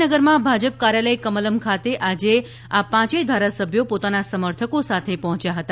ગાંધીનગરમાં ભાજપ કાર્યાલય કમલમ્ ખાતે આજે આ પાંચેય ધારાસભ્યો પોતાના સમર્થકો સાથે પહોંચ્યા હતા